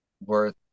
worth